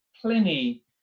Pliny